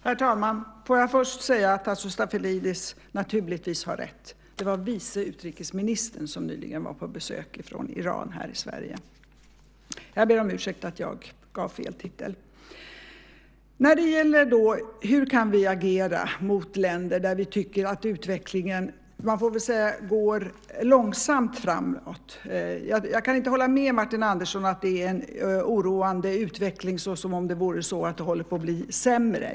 Herr talman! Låt mig först säga att Tasso Stafilidis naturligtvis har rätt. Det var Irans vice utrikesminister som nyligen var på besök i Sverige. Jag ber om ursäkt för att jag gav fel titel. Jag börjar med frågan hur vi kan agera mot länder där vi tycker att utvecklingen går, får man väl ändå säga, långsamt framåt. Jag kan inte hålla med Martin Andreasson om att det är en oroande utveckling, som om det håller på att bli sämre.